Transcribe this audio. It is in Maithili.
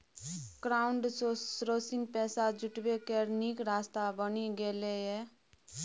क्राउडसोर्सिंग पैसा जुटबै केर नीक रास्ता बनि गेलै यै